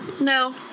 no